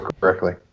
correctly